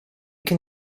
can